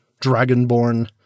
dragonborn